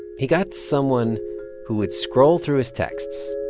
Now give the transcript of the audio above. he got someone who would scroll through his texts,